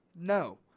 No